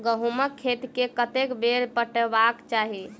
गहुंमक खेत केँ कतेक बेर पटेबाक चाहि?